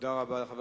תודה רבה לחבר